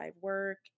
work